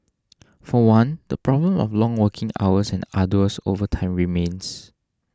for one the problem of long working hours and arduous overtime remains